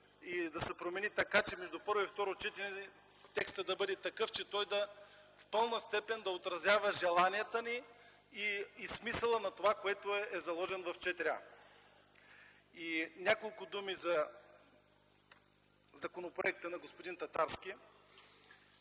и да се промени така, че между първо и второ четене текстът в пълна степен да отразява желанията ни и смисълът на това, което е заложено в чл. 4а. Няколко думи по законопроекта на господин Татарски.